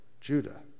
Judah